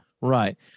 Right